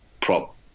prop